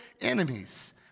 enemies